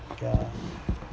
ya